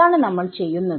അതാണ് നമ്മൾ ചെയ്യുന്നത്